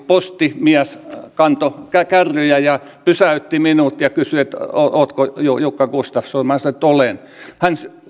postimies kantoi kärryjä pysäytti minut ja kysyi että oletko jukka gustafsson minä sanoin että olen hän